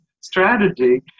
strategy